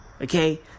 Okay